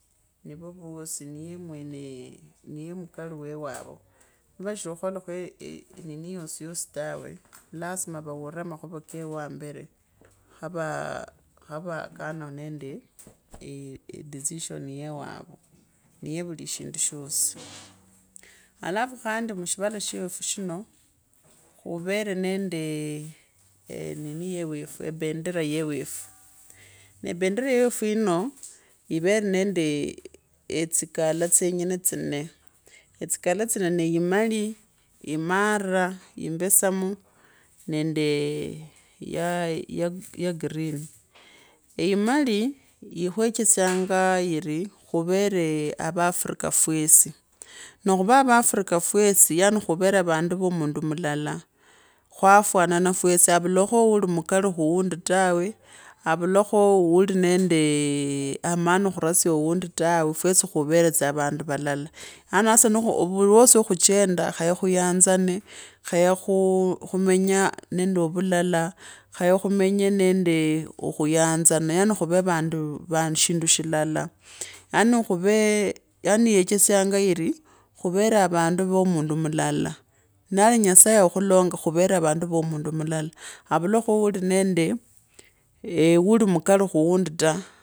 Nivo vosi niyemwone niye mukali wewavo nivashiri khukholokho shosi shosi tawe lazima vaure makhuva kewe mbere khavaa khavakane nende edicision yewavo niye vuli shindu shosi, halafu khandi mushivala shewefu shino, kuvere nendee enone yewefu ebandera yewefu neebendera yewefu yenao iverenende etsikkala tsyenyene tsinee etsikala ttsino nee imali imara imbesamu nende ya green, imali ikhwechesianga ire khuvere avaafrika fwesi nee khuva vaafrika fwesi yaani khuvere vandu voo mundu mulale, khana fwanana fwesi alulakho wimukali khuwaundi tawe avulakho adinendee emani khurasya awundi tawe fwesi tsa khuvere avandi valala, hasa nikhuli hana wosi wa khuchenda, khaye khuyanzane khoye khumenye nende vulala khaye khumanye nende okhuyana na yaani khwe vandu shindu shilala yaani khuvee yaani yechesyanga ni khuvere avandu va mundu va mundu mulala, noli nyasaye wakhulonga khwere vandu vamundu mulala comekho alinende ulimukali khundi ta.